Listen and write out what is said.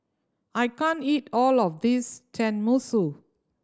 I can't eat all of this Tenmusu